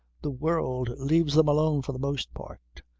the world leaves them alone for the most part.